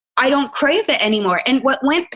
i don't crave it anymore. and what went,